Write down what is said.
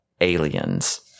aliens